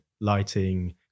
lighting